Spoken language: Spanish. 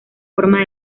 forma